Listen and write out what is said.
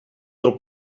del